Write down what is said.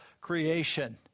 creation